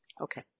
Okay